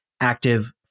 active